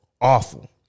Awful